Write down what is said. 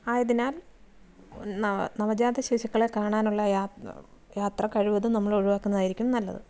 ആയതിനാൽ നവജാത ശിശുക്കളെ കാണാനുള്ള യാത്ര കഴിവതും നമ്മൾ ഒഴിവാക്കുന്നതായിരിക്കും നല്ലത്